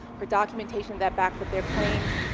for documentation that backs up their claims.